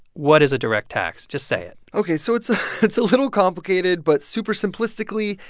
what is a direct tax? just say it ok. so it's ah it's a little complicated, but super simplistically,